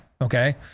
okay